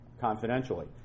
confidentially